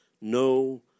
no